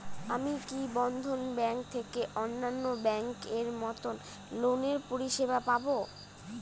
আমি কি বন্ধন ব্যাংক থেকে অন্যান্য ব্যাংক এর মতন লোনের পরিসেবা পাব?